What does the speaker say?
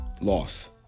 loss